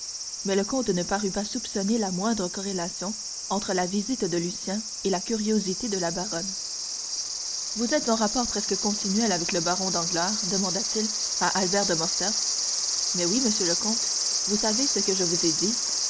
mais le comte ne parut pas soupçonner la moindre corrélation entre la visite de lucien et la curiosité de la baronne vous êtes en rapports presque continuels avec le baron danglars demanda-t-il à albert de morcerf mais oui monsieur le comte vous savez ce que je vous ai dit